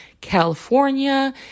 California